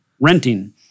renting